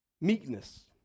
Meekness